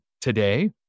today